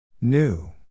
New